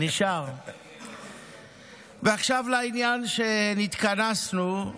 ועכשיו לעניין שנתכנסנו: